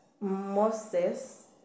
Moses